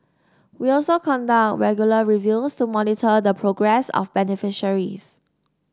we also conduct regular reviews to monitor the progress of beneficiaries